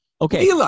okay